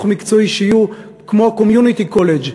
מקצועי שיהיו כמו community college,